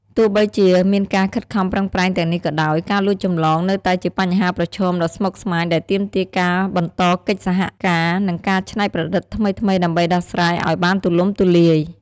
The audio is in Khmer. ទោះបីជាមានការខិតខំប្រឹងប្រែងទាំងនេះក៏ដោយ ការលួចចម្លងនៅតែជាបញ្ហាប្រឈមដ៏ស្មុគស្មាញដែលទាមទារការបន្តកិច្ចសហការ និងការច្នៃប្រឌិតថ្មីៗដើម្បីដោះស្រាយឱ្យបានទូលំទូលាយ។